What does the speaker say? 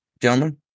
Gentlemen